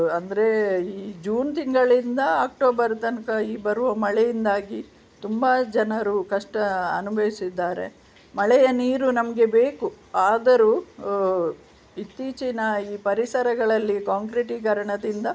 ಅಂದರೆ ಈ ಜೂನ್ ತಿಂಗಳಿಂದ ಅಕ್ಟೋಬರ್ ತನಕ ಈ ಬರುವ ಮಳೆಯಿಂದಾಗಿ ತುಂಬಾ ಜನರು ಕಷ್ಟ ಅನುಭವಿಸಿದ್ದಾರೆ ಮಳೆಯ ನೀರು ನಮಗೆ ಬೇಕು ಆದರೂ ಇತ್ತೀಚಿನ ಈ ಪರಿಸರಗಳಲ್ಲಿ ಕಾಂಕ್ರೀಟೀಕರಣತೆಯಿಂದ